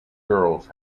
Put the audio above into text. girls